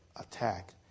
attack